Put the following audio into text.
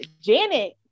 janet